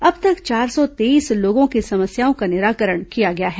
अब तक चार सौ तेईस लोगों की समस्याओं का निराकरण किया गया है